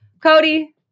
Cody